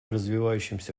развивающимся